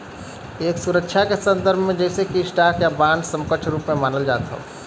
एक सुरक्षा के संदर्भ में जइसे कि स्टॉक या बांड या समकक्ष रूप में मानल जात हौ